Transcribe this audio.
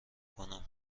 کنم